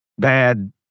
bad